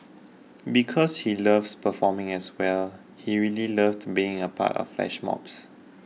because he likes performing as well he really loved being a part of the flash mobs